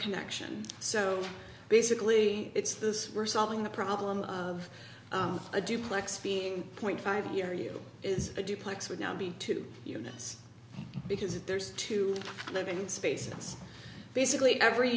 connection so basically it's this we're solving the problem of a duplex being point five your you is a duplex would now be two units because if there's two living space it's basically every